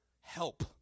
help